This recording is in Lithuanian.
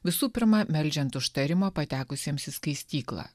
visų pirma meldžiant užtarimo patekusiems į skaistyklą